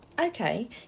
Okay